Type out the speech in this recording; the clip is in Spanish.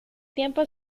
tiempo